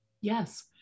Yes